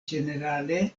ĝenerale